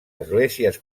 esglésies